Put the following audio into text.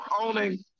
owning